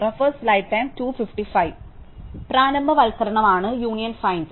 പ്രാരംഭവൽക്കരണമാണ് union find